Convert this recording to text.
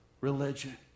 religion